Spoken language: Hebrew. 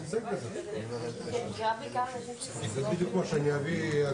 פסקה 2 אמרה עד היום "מוצרי טבק כהגדרתם בחוק הגבלת